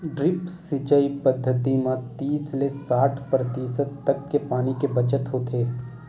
drip सिंचई पद्यति म तीस ले साठ परतिसत तक के पानी के बचत होथे